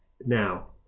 Now